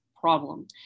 problem